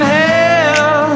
hell